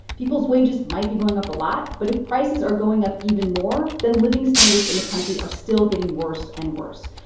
people's wages might be going up a lot, but if prices are going up even more, then living standards in the country are still getting worse and worse.